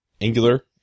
Angular